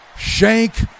Shank